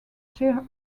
share